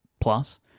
plus